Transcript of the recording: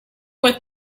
with